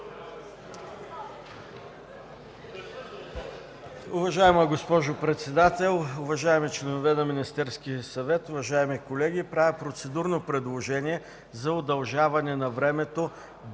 Уважаема госпожо Председател, уважаеми членове на Министерския съвет, уважаеми колеги! Правя процедурно предложение за удължаване на времето